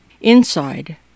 Inside